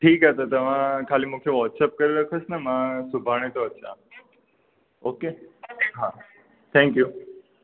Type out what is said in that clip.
ठीकु आहे त तव्हां ख़ाली मूंखे वॉट्सअप करे रखोसि मां सुभाणे थो अचां ओके हा थैंक्यू